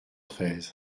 treize